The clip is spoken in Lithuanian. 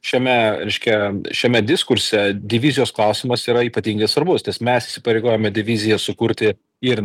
šiame reiškia šiame diskurse divizijos klausimas yra ypatingai svarbus nes mes įsipareigojame diviziją sukurti ir